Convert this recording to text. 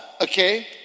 okay